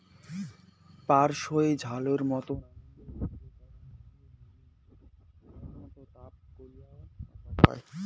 প্রায়শই ঝোলের মতন আন্দাত চইল করাং হই বুলি সাধারণত তাক কারি পাতা কয়